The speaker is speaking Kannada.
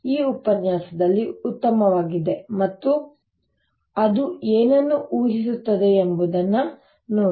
ಈ ಉಪನ್ಯಾಸದಲ್ಲಿ ಉತ್ತಮವಾಗಿದೆ ಮತ್ತು ಅವರು ಏನನ್ನು ಊಹಿಸುತ್ತಾರೆ ಎಂಬುದನ್ನು ನೋಡಿ